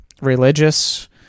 religious